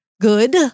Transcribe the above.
good